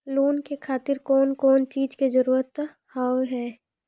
Loan के खातिर कौन कौन चीज के जरूरत हाव है?